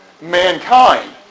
mankind